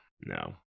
no